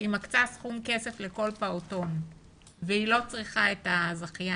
שהיא מקצה סכום כסף לכל פעוטון והיא לא צריכה את הזכיין,